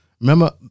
Remember